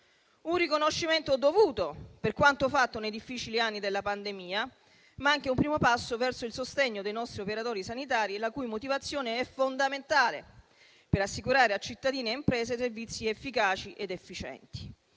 un riconoscimento dovuto per quanto fatto nei difficili anni della pandemia, ma anche un primo passo verso il sostegno dei nostri operatori sanitari, la cui motivazione è fondamentale per assicurare a cittadini e imprese servizi efficaci ed efficienti.